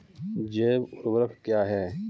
जैव ऊर्वक क्या है?